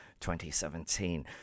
2017